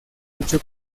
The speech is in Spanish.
dicho